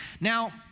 Now